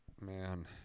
Man